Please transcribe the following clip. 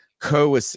co